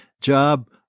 job